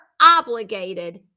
obligated